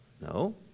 No